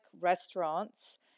restaurants